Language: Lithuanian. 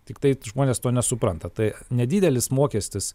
tiktai žmonės to nesupranta tai nedidelis mokestis